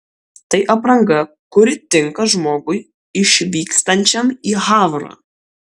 tai apranga kuri tinka žmogui išvykstančiam į havrą